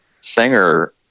singer